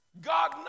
God